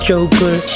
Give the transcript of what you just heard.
Joker